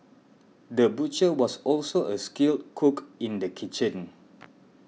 the butcher was also a skilled cook in the kitchen